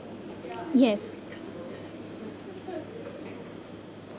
yes